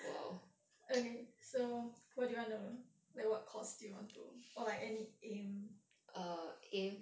okay so what do you want to like what course do you want to or like any aim